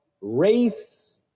race